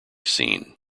seen